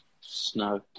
Snow